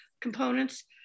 components